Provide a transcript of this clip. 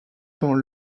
dans